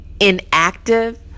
inactive